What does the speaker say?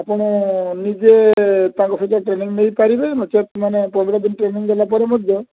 ଆପଣ ନିଜେ ତାଙ୍କ ସହିତ ଟ୍ରେନିଂ ନେଇ ପାରିବେ ନଚେତ୍ ମାନେ ପନ୍ଦର ଦିନ ଟ୍ରେନିଂ ଦେଲା ପରେ ମଧ୍ୟ